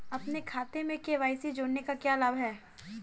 अपने खाते में के.वाई.सी जोड़ने का क्या लाभ है?